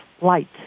light